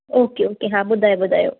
okay okay हा ॿुधायो ॿुधायो